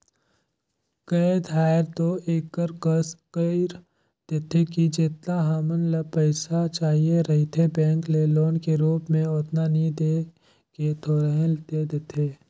कए धाएर दो एकर कस कइर देथे कि जेतना हमन ल पइसा चाहिए रहथे बेंक ले लोन के रुप म ओतना नी दे के थोरहें दे देथे